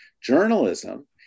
Journalism